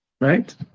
Right